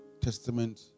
Testament